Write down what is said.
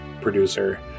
Producer